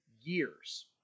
years